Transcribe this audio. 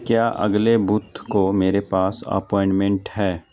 کیا اگلے بدھ کو میرے پاس اپائنٹمنٹ ہے